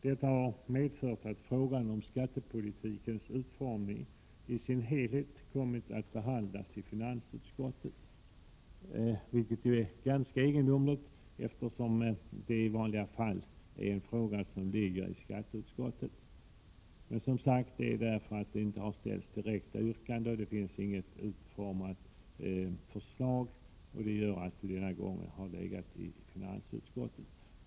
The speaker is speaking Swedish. Detta har medfört att frågan om skattepolitikens framtida utformning i sin helhet kommit att behandlas i finansutskottet, vilket är ganska egendomligt, eftersom det i vanliga fall är en fråga som behandlas av skatteutskottet. Det har inte ställts något direkt yrkande, och det finns inget utformat förslag. Därför har frågan denna gång behandlats av finansutskottet.